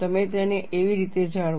તમે તેને એવી રીતે જાળવો